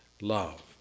love